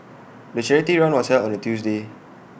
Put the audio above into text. the charity run was held on A Tuesday